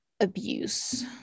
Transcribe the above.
abuse